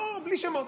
בלי שמות.